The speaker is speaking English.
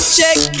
check